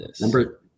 Number